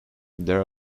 there